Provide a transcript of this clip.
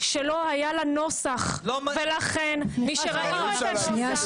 שלא היה לה נוסח ולכן כשראינו את הנוסח --- שנייה,